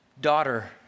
Daughter